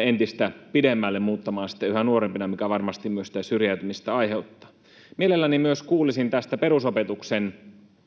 entistä pidemmälle muuttamaan sitten yhä nuorempina, mikä varmasti myös sitä syrjäytymistä aiheuttaa. Mielelläni myös kuulisin tämän perusopetuksen